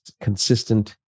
consistent